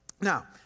Now